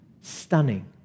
stunning